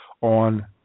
on